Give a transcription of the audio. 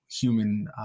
human